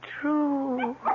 true